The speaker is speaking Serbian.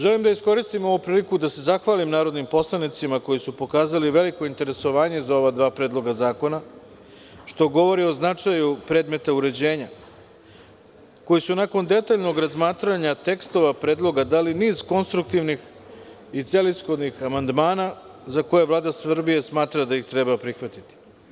Želim da iskoristim ovu priliku da se zahvalim narodnim poslanicima koji su pokazali veliko interesovanje za ova dva predloga zakona, što govori o značaju predmeta uređenja, a koji su nakon detaljnog razmatranja tekstova predloga dali niz konstruktivnih i celishodnih amandmana, za koje Vlada Srbije smatra da ih treba prihvatiti.